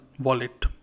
wallet